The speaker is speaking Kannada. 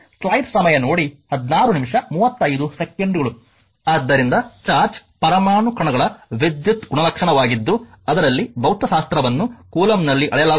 ಆದ್ದರಿಂದ ಚಾರ್ಜ್ ಪರಮಾಣು ಕಣಗಳ ವಿದ್ಯುತ್ ಗುಣಲಕ್ಷಣವಾಗಿದ್ದು ಅದರಲ್ಲಿ ಭೌತವಸ್ತುವನ್ನು ಕೂಲಂಬ್ನಲ್ಲಿ ಅಳೆಯಲಾಗುತ್ತದೆ